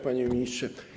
Panie Ministrze!